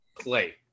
play